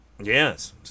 Yes